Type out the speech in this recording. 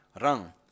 Rang